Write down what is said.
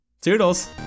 Toodles